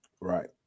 Right